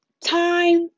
Time